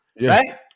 right